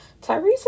tyrese